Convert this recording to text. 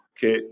che